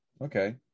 Okay